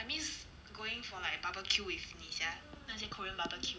I miss going for like barbecue with 你 sia 那些 korean barbecue